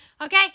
Okay